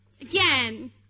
Again